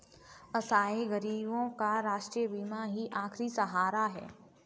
असहाय गरीबों का राष्ट्रीय बीमा ही आखिरी सहारा है